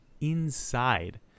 inside